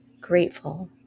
grateful